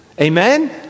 amen